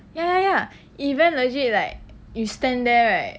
ya ya ya event legit like you stand there right